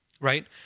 Right